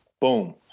Boom